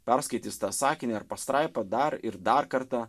perskaitys tą sakinį ar pastraipą dar ir dar kartą